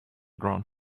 ground